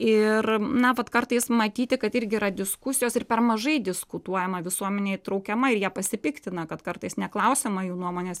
ir na vat kartais matyti kad irgi yra diskusijos ir per mažai diskutuojama visuomenė įtraukiama ir jie pasipiktina kad kartais neklausiama jų nuomonės